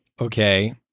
okay